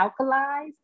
alkalized